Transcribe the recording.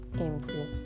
empty